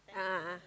a'ah ah